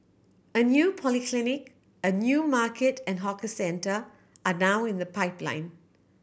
a new polyclinic a new market and hawker centre are now in the pipeline